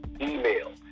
email